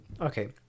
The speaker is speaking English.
okay